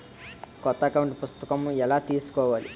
కొత్త అకౌంట్ పుస్తకము ఎలా తీసుకోవాలి?